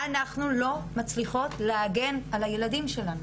אנחנו לא מצליחות להגן על הילדים שלנו,